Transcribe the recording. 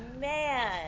man